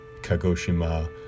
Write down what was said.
Kagoshima